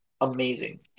Amazing